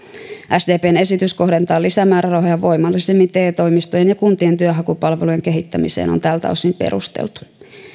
sdpn esitys kohdentaa lisämäärärahoja voimallisemmin te toimistojen ja kuntien työnhakupalvelujen kehittämiseen on tältä osin perusteltu